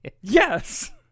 Yes